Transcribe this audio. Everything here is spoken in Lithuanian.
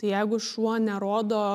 tai jeigu šuo nerodo